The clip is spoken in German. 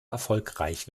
erfolgreich